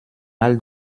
mal